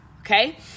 Okay